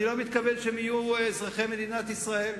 אני לא מתכוון שהם יהיו אזרחי מדינת ישראל.